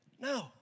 no